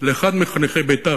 לאחד מחניכי בית"ר.